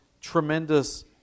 tremendous